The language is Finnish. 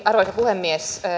arvoisa puhemies